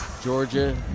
Georgia